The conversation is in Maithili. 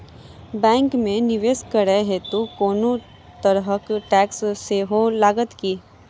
बैंक मे निवेश करै हेतु कोनो तरहक टैक्स सेहो लागत की?